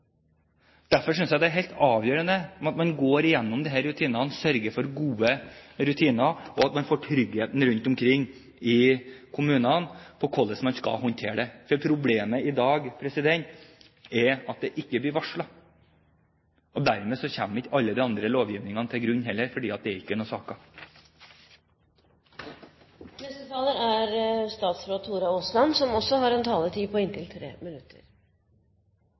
Derfor synes jeg det er helt avgjørende at man går gjennom disse rutinene, sørger for gode rutiner, og at man får trygghet rundt omkring i kommunene for hvordan man skal håndtere det. For problemet i dag er at det ikke blir varslet, og dermed kommer ikke alle de andre lovgivningene til benyttelse heller, for det er ikke noen saker. Jeg vil gjerne utdype litt videre det som